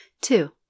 Two